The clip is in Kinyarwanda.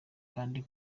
kandi